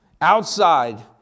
outside